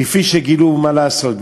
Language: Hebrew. הייתי אומר, כפי שגילו, מה לעשות.